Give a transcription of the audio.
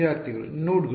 ವಿದ್ಯಾರ್ಥಿ ನೋಡ್ಗಳು